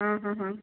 हाँ हाँ हाँ